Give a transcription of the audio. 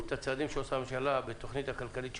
את הצעדים שעושה הממשלה בתוכנית הכלכלית שהוצגה.